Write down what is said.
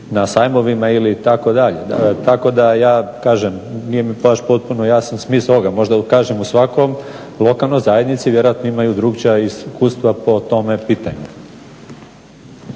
na sajmovima ili tako dalje. Tako da ja kažem nije mi baš potpuno jasan smisao ovoga. Možda kažem u svakoj lokalnoj zajednici vjerojatno imaju drukčija iskustva po tome pitanju.